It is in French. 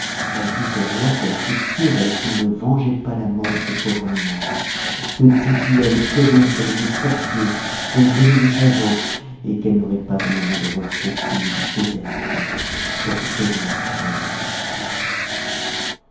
elle dit au roi qu'elle se tuerait s'il ne vengeait pas la mort de ce pauvre animal que tity avait commerce avec des sorciers pour lui donner du chagrin et qu'elle n'aurait pas un moment de repos qu'il ne l'eût déshérité pour donner la couronne à son frère